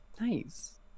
Nice